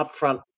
upfront